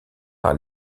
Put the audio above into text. par